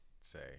Say